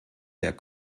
der